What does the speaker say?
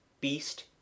beast